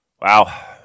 Wow